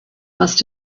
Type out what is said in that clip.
must